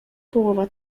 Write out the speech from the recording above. połowa